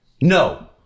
No